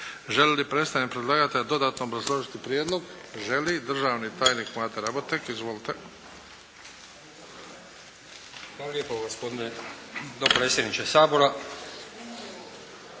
Želi li predstavnik predlagatelja dodatno obrazložiti prijedlog? Želi. Držani tajnik Mate Raboteg. Izvolite. **Raboteg, Mate** Hvala lijepo gospodine dopredsjedniče Sabora.